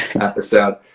episode